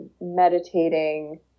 meditating